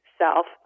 self